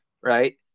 right